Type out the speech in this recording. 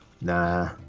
Nah